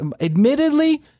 admittedly